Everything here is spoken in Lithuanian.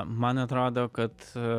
man atrodo kad